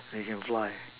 he can fly